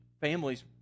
families